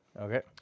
Okay